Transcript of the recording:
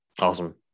Awesome